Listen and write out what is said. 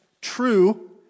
true